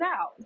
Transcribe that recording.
out